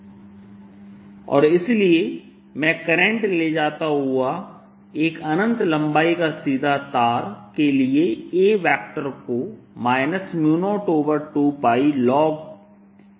As∂z Az∂s0I2πs As0 Az 02πlog s A0 और इसलिए मैं करंट ले जाता हुआ एक अनंत लंबाई का सीधा तार के लिए A वेक्टर को 02πlog s z लिख सकता हूं